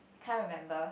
can't remember